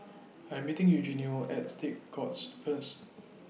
I Am meeting Eugenio At State Courts First